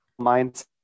mindset